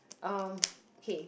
um okay